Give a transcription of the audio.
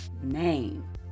name